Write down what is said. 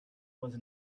was